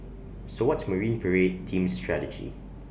so what's marine parade team's strategy